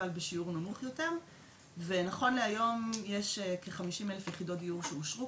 אבל בשיעור נמוך יותר ונכון להיום יש כ-50,000 יחידות דיור שאושרו